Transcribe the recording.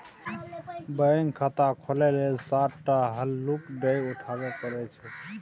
bank खाता खोलय लेल सात टा हल्लुक डेग उठाबे परय छै